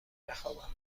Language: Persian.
بخوابم